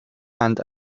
and